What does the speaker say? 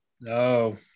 no